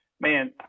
man